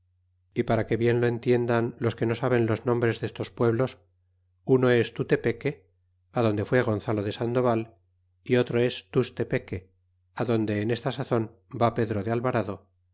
y para que bien lo entiendan los que no saben los nombres destos pueblos uno es tutepeque adonde fué gonzalo de saneóval y otro es tustepeque adonde en esta sazon va pedro de alvarado